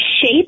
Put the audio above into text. shape